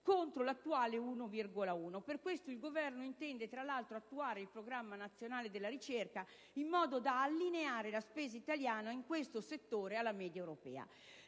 contro l'attuale 1,1 per cento. Per questo il Governo intende tra l'altro attuare il programma nazionale della ricerca così da «allineare la spesa italiana in questo settore alla media europea».